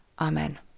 Amen